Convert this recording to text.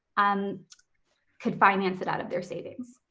um could finance it out of their savings.